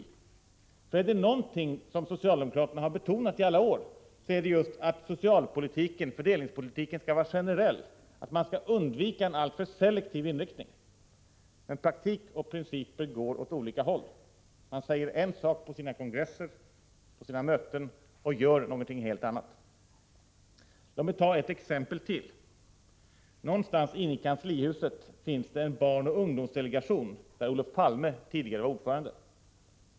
För är det någonting som socialdemokraterna har betonat genom alla år, så är det just att socialpolitiken och fördelningspolitiken skall vara generella, att man skall undvika en alltför selektiv inriktning. Men praktik och principer går åt olika håll. Man säger en sak på sina kongresser och sina möten och gör sedan någonting helt annat. Låt mig ta ett exempel till. Någonstans långt inne i kanslihuset finns det en barnoch ungdomsdelegation, där Olof Palme tidigare var ordförande.